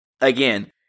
again